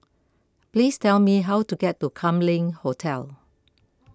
please tell me how to get to Kam Leng Hotel